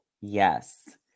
Yes